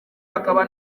hakaba